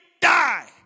die